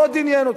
מאוד עניין אותך.